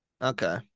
okay